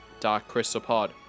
darkcrystalpod